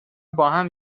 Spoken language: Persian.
باهم